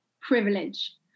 Privilege